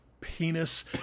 penis